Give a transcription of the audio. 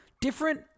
Different